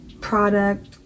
product